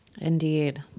Indeed